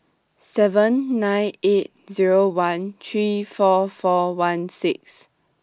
seven nine eight Zero one three four four one six